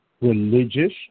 religious